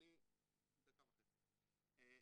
אני גם לא משחק, גברתי.